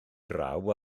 draw